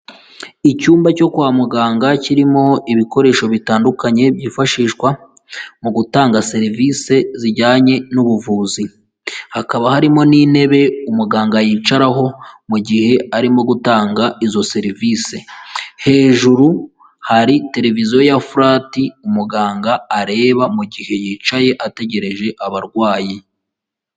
Icyumba cyo kwa muganga kirimo ibikoresho bitandukanye, byifashishwa mu gutanga serivisi zijyanye n'ubuvuzi hakaba harimo n'intebe umuganga yicaraho mu gihe arimo gutanga izo serivisi, hejuru hari televiziyo ya fulati umuganga areba mu gihe yicaye ategereje abarwayi.